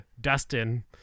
Dustin